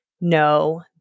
no